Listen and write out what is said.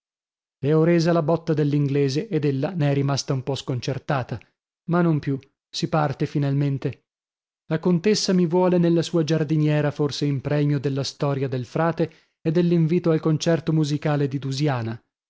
le ho resa la botta dell'inglese ed ella ne è rimasta un po sconcertata ma non più si parte finalmente la contessa mi vuole nella sua giardiniera forse in premio della storia del frate e dell'invito al concerto musicale di dusiana